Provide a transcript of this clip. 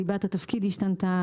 ליבת התפקיד השתנתה,